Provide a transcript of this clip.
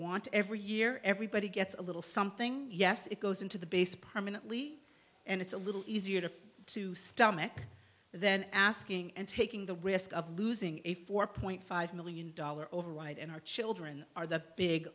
want every year everybody gets a little something yes it goes into the base permanently and it's a little easier to stomach then asking and taking the risk of losing a four point five million dollar override and our children are the big